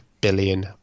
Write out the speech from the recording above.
billion